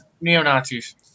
neo-Nazis